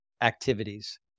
activities